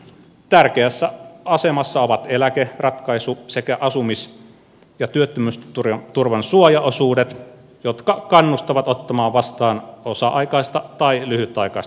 tärkeässä asemassa ovat eläkeratkaisu sekä asumis ja työttömyysturvan suojaosuudet jotka kannustavat ottamaan vastaan osa aikaista tai lyhytaikaista työtä